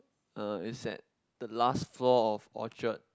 uh it's at the last floor of Orchard